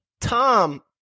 Tom